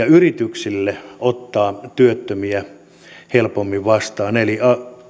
yrityksille ottaa työttömiä helpommin vastaan eli